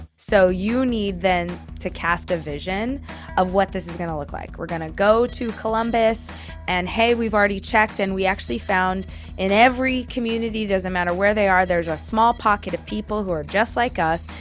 so you need then to cast a vision of what this is going to look like. we're going to go to columbus and hey, we've already checked and we actually found in every community doesn't matter where they are. there's a small pocket of people who are just like us.